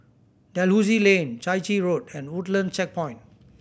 Dalhousie Lane Chai Chee Road and Woodland Checkpoint